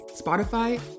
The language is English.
Spotify